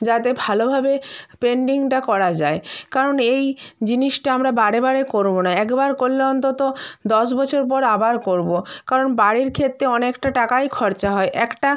যাতে ভালোভাবে পেন্টিংটা করা যায় কারণ এই জিনিসটা আমরা বারে বারে করবো না একবার করলে অন্তত দশ বছর পর আবার করবো কারণ বাড়ির ক্ষেত্তে অনেকটা টাকাই খরচা হয় একটা